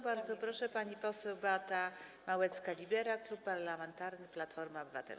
Bardzo proszę, pani poseł Beata Małecka-Libera, Klub Parlamentarny Platforma Obywatelska.